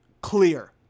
clear